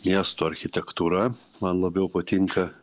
miesto architektūra man labiau patinka